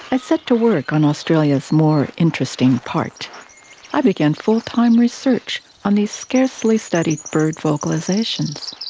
i set to work on australia's more interesting part i began full-time research on these scarcely-studied bird vocalisations.